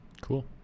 Cool